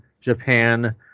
Japan